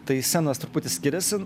tai scenos truputį skiriasi